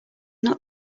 not